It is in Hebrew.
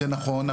זה נכון,